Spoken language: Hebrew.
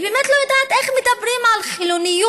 אני באמת לא יודעת איך מדברים על חילוניות